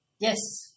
Yes